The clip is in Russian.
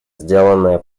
сделанное